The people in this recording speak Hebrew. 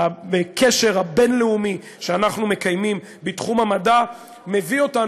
הקשר הבין-לאומי שאנחנו מקיימים בתחום המדע מביא אותנו,